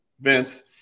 Vince